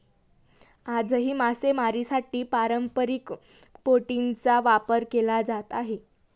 आजही मासेमारीसाठी पारंपरिक बोटींचा वापर केला जात आहे